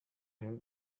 him